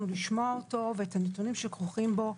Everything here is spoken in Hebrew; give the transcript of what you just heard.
לשמוע אותו ואת הנתונים שכרוכים בו.